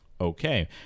Okay